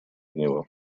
него